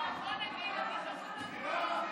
הביטחון הקהילתי חשוב לנו מאוד.